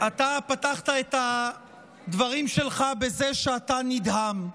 אתה פתחת את הדברים שלך בזה שאתה נדהם.